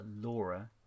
Laura